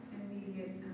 immediate